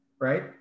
Right